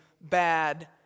bad